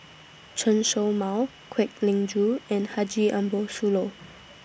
Chen Show Mao Kwek Leng Joo and Haji Ambo Sooloh